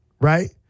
Right